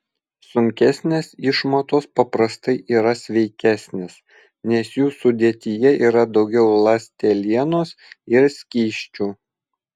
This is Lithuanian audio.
sunkesnės išmatos paprastai yra sveikesnės nes jų sudėtyje yra daugiau ląstelienos ir skysčių